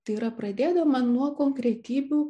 tai yra pradėdama nuo konkretybių